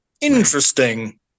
Interesting